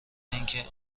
اینکه